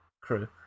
crew